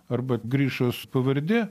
arba grišos pavardė